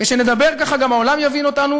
כשנדבר ככה, גם העולם יבין אותנו